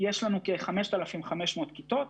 שזה מאפשר כניסה של יותר הורים.